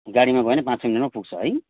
गाडीमा गयो भने पाँच छ मिनटमा पुग्छ है